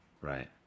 right